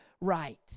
right